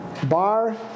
Bar